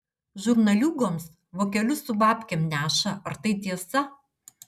žurnaliūgoms vokelius su babkėm neša ar tai tiesa